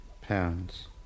pounds